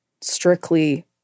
strictly